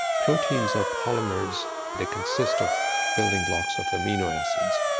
proteins are polymers that consist of building blocks of amino acids,